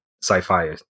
sci-fi